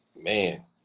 man